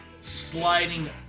sliding